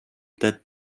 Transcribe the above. that